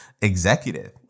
executive